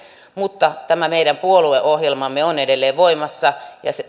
mutta tämä meidän puolueohjelmamme on edelleen voimassa ja